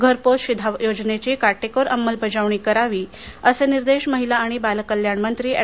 घरपोच शिधा योजनेची काटेकोर अंमलबजावणी करावी असे निर्देश महिला आणि बालकल्याण मंत्री अँड